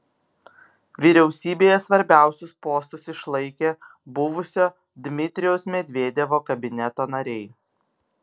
vyriausybėje svarbiausius postus išlaikė buvusio dmitrijaus medvedevo kabineto nariai